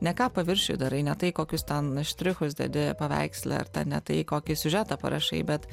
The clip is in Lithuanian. ne ką paviršiuj darai ne tai kokius ten štrichus dedi paveiksle ar ten ne tai kokį siužetą parašai bet